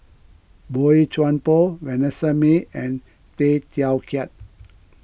Boey Chuan Poh Vanessa Mae and Tay Teow Kiat